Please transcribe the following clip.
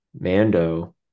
Mando